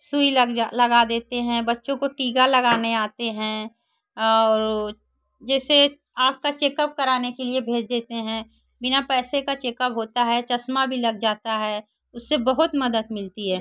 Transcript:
सुई लग जा लगा देते हैं बच्चों को टीका लगाने आते हैं और वह जैसे आपका चेकअप कराने के लिए भेज देते हैं बिना पैसे का चेकअप होता है चश्मा भी लग जाता है उससे बहुत मदद मिलती है